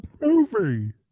movie